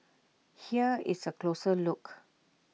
here is A closer look